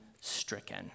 stricken